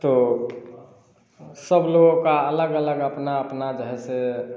तो सबलोगों का अलग अलग अपना अपना जो है सो